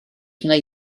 wnei